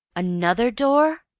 another door!